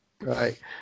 Right